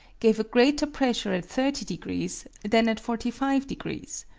gave a greater pressure at thirty degrees than at forty five degrees.